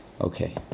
Okay